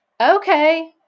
Okay